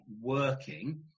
working